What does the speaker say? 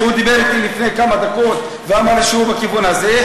שדיבר אתי לפני כמה דקות ואמר לי שהוא בכיוון הזה,